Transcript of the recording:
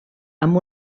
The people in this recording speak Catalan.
amb